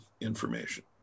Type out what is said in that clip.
information